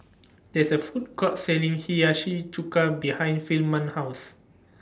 There IS A Food Court Selling Hiyashi Chuka behind Firman's House